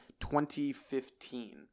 2015